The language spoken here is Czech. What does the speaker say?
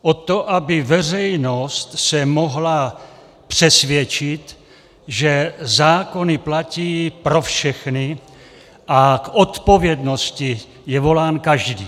O to, aby se veřejnost mohla přesvědčit, že zákony platí pro všechny a k odpovědnosti je volán každý.